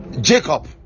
Jacob